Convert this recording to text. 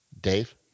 Dave